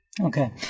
Okay